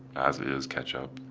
as is ketchup.